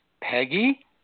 Peggy